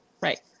right